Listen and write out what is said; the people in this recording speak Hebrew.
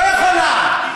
לא יכולה.